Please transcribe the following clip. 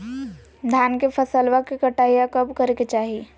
धान के फसलवा के कटाईया कब करे के चाही?